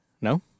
no